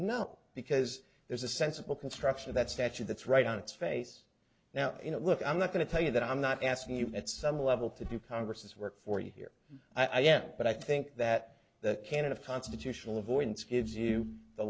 no because there's a sensible construction that statute that's right on its face now you know look i'm not going to tell you that i'm not asking you at some level to do congress's work for you here i am but i think that the canon of constitutional avoidance gives you